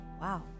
Wow